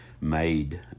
made